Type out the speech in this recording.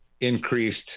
increased